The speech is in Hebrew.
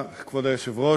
כבוד היושב-ראש,